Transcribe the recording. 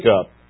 up